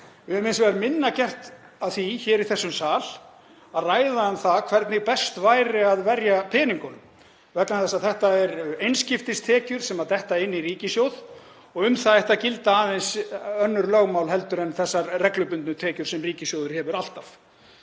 Við höfum hins vegar minna gert af því hér í þessum sal að ræða um það hvernig best væri að verja peningunum, vegna þess að þetta eru einskiptistekjur sem detta inn í ríkissjóð og um þær ættu að gilda aðeins önnur lögmál en þessar reglubundnu tekjur sem ríkissjóður hefur alltaf.